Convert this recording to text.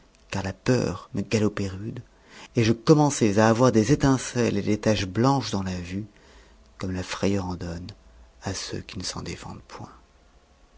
car la peur me galopait rude et je commençais à avoir des étincelles et des taches blanches dans la vue comme la frayeur en donne à ceux qui ne s'en défendent point